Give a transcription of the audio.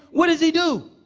what does he do?